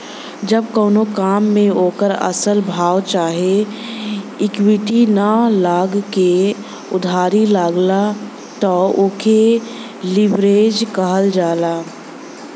जब कउनो काम मे ओकर असल भाव चाहे इक्विटी ना लगा के उधारी लगला त ओके लीवरेज कहल जाला